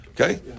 Okay